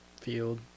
field